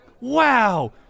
Wow